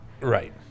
Right